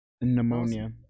pneumonia